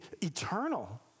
eternal